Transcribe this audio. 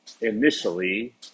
initially